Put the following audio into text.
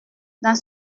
dans